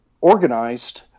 organized